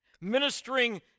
ministering